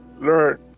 learn